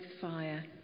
fire